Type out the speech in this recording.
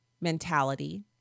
mentality